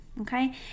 okay